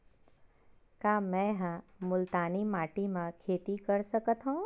का मै ह मुल्तानी माटी म खेती कर सकथव?